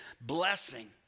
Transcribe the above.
blessing